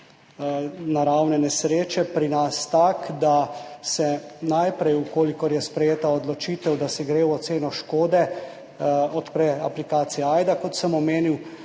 naravne nesreče pri nas tak, da se najprej, v kolikor je sprejeta odločitev, da se gre v oceno škode, odpre aplikacija AJDA, kot sem omenil.